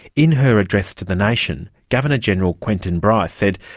in her address to the nation, governor-general quentin bryce said,